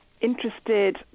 interested